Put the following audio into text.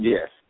Yes